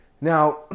Now